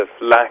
lack